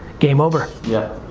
game over. yeah,